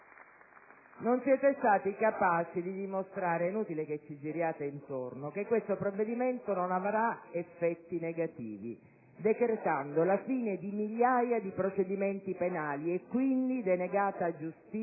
Non siete stati capaci di dimostrare - è inutile che ci giriate intorno - che questo provvedimento non avrà effetti negativi decretando la fine di migliaia di procedimenti penali e, quindi, denegata giustizia